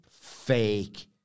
fake